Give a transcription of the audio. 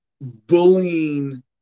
bullying